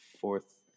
fourth